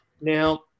now